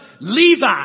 Levi